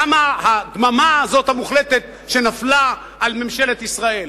למה הדממה הזאת, המוחלטת, שנפלה על ממשלת ישראל?